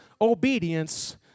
obedience